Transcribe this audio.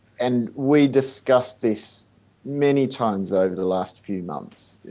and we discussed this many times over the last few months,